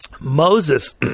Moses